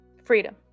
Freedom